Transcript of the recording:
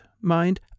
mind